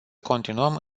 continuăm